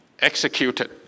executed